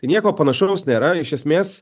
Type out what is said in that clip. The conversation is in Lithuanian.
tai nieko panašaus nėra iš esmės